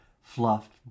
fluffed